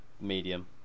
medium